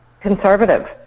conservative